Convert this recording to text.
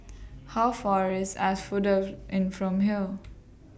How Far away IS Asphodel Inn from here